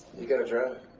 you got to drive.